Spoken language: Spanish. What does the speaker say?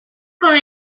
con